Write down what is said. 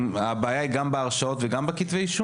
הבעיה היא גם בהרשעות וגם בכתבי אישום?